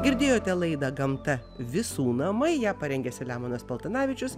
girdėjote laidą gamta visų namai ją parengė selemonas paltanavičius